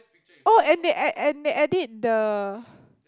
oh and they and and and they edit the